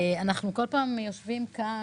כל פעם אנחנו יושבים כאן,